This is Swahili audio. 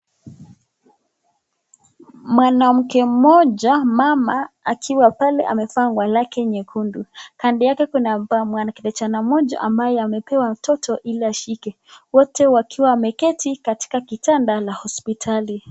Mwanamke mmoja mama akiwa pale amevaa nguo lake nyekundu kando yake kuna kijana mmoja ambaye amepewa mtoto ili ashike wote wakiwa wameketi katika kitanda la hospitali.